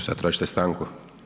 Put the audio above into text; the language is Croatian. Što, tražite stanku?